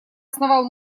основал